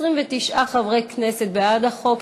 חבר הכנסת אראל מרגלית,